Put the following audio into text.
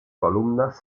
columnas